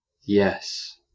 yes